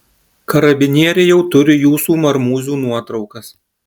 karabinieriai jau turi jūsų marmūzių nuotraukas